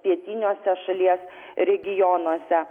pietiniuose šalies regionuose